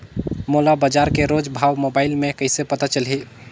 मोला बजार के रोज भाव मोबाइल मे कइसे पता चलही?